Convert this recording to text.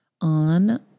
on